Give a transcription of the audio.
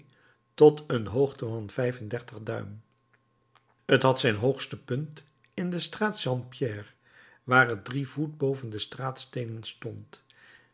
tot een hoogte van vijf en dertig duim het had zijn hoogste punt in de straat st pierre waar het drie voet boven de straatsteenen stond